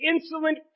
insolent